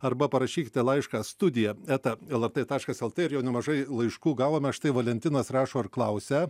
arba parašykite laišką studiją eta lrt taškas lt ir jau nemažai laiškų gavome štai valentinas rašo ir klausia